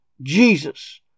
Jesus